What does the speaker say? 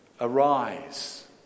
Arise